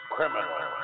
Criminal